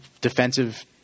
defensive